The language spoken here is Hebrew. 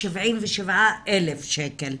77,000 שקל.